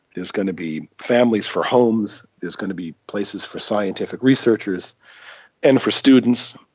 there's going to be families for homes, there's going to be places for scientific researchers and for students,